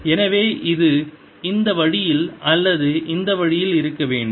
எனவே இது இந்த வழியில் அல்லது இந்த வழியில் இருக்க வேண்டும்